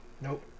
Nope